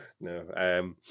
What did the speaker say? No